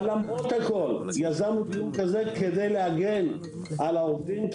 למרות הכל יזמנו דיון כזה כדי להגן על העובדים,